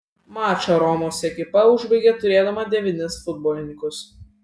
mačą romos ekipa užbaigė turėdama devynis futbolininkus